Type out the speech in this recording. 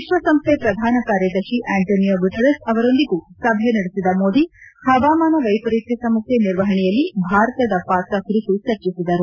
ವಿಶ್ವಸಂಸ್ಥೆ ಪ್ರಧಾನ ಕಾರ್ಯದರ್ಶಿ ಆ್ಲಂಟೊನಿಯೋ ಗ್ಲುಟೆರಸ್ ಅವರೊಂದಿಗೂ ಸಭೆ ನಡೆಸಿದ ಮೋದಿ ಹವಾಮಾನ ವೈಪರೀತ್ಯ ಸಮಸ್ನೆ ನಿರ್ವಹಣೆಯಲ್ಲಿ ಭಾರತದ ಪಾತ್ರ ಕುರಿತು ಚರ್ಚಿಸಿದರು